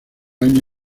año